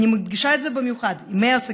אני מדגישה את זה במיוחד, ימי עסקים.